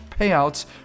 payouts